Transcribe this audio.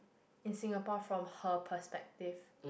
in Singapore from her perspective